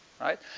Right